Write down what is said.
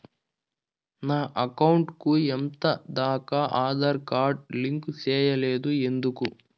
నా అకౌంట్ కు ఎంత దాకా ఆధార్ కార్డు లింకు సేయలేదు ఎందుకు